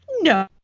No